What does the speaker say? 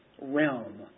realm